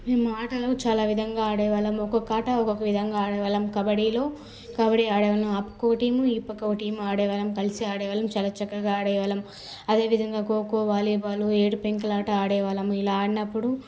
మేము ఆటలు చాలా విధంగా ఆడేవాళ్ళం ఒక్కొక్క ఆట ఒక్కోక్క విధంగా ఆడేవాళ్ళం కబడ్డీలో కబడ్డీ ఆడేవాళ్ళం ఆ పక్క ఒక టీం ఈ పక్క ఒక టీం ఆడేవాళ్ళం కలిసి ఆడేవాళ్ళం చాలా చక్కగా ఆడేవాళ్ళం అదేవిధంగా ఖోఖో వాలీబాలు ఏడు పెంకులాట ఆడేవాళ్ళం ఇలా ఆడినప్పుడు